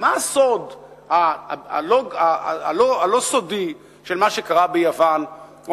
מה הסוד הלא-סודי של מה שקרה ביוון או